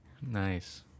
Nice